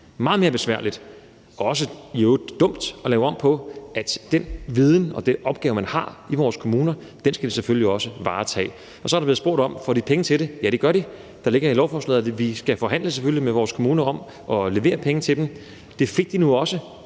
at det i øvrigt også er dumt at lave om på det. For den viden om opgaven, de har i vores kommuner, skal de selvfølgelig også varetage. Så har der været spurgt om, om de får de penge til det. Ja, det gør de. Der ligger i lovforslaget, at vi selvfølgelig skal forhandle med vores kommuner om at levere penge til dem. Det fik de nu også